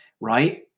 right